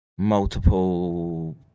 multiple